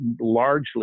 largely